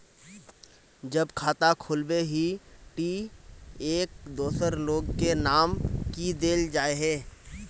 जब खाता खोलबे ही टी एक दोसर लोग के नाम की देल जाए है?